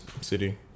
city